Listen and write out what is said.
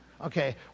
Okay